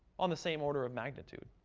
on the same order of magnitude.